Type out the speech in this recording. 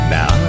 Now